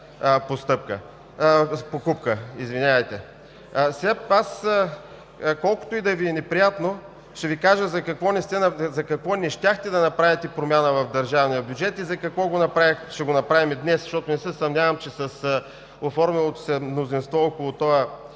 покупка. Колкото и да Ви е неприятно, ще Ви кажа за какво не искахте да направите промяна в държавния бюджет и за какво ще го направим днес, защото не се съмнявам, че с оформилото се мнозинство около тези